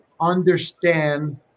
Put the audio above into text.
understand